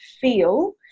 feel